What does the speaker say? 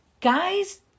Guys